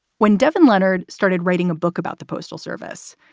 when devin leonard started writing a book about the postal service,